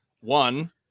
one